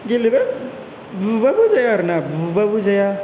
गेलेबाय बुबाबो जाया बुबाबो जाया